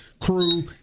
Crew